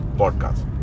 podcast